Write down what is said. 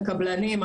הקבלנים,